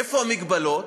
איפה המגבלות?